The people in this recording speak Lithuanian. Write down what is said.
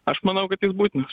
aš manau kad jis būtinas